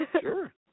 sure